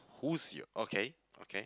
who's your okay okay